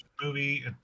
Movie